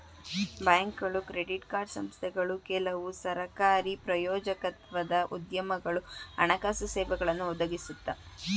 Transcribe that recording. ಬ್ಯಾಂಕ್ಗಳು credit card ಸಂಸ್ಥೆಗಳು ಕೆಲವು ಸರಕಾರಿ ಪ್ರಾಯೋಜಕತ್ವದ ಉದ್ಯಮಗಳು ಹಣಕಾಸು ಸೇವೆಗಳನ್ನು ಒದಗಿಸುತ್ತೆ